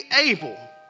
able